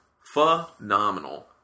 phenomenal